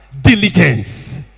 Diligence